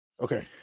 Okay